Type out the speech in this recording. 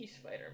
Spider